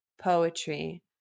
poetry